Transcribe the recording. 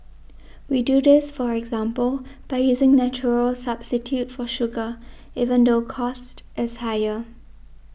we do this for example by using natural substitute for sugar even though cost is higher